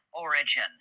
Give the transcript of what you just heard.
origin